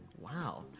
wow